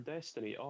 Destiny